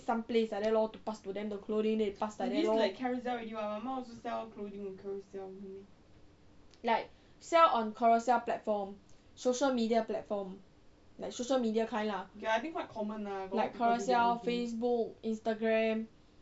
some place like that lor to pass to them the clothing then pass like that lor like sell on carousell platform social media platform like social media kind lah like carousell facebook instagram